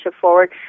forward